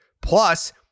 Plus